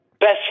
best